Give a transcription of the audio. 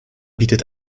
bietet